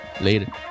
Later